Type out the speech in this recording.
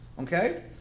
okay